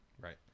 Right